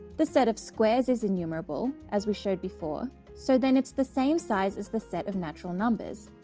the set of squares is enumerable, as we showed before. so then it's the same size as the set of natural numbers.